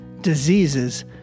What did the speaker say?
diseases